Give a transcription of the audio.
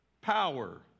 Power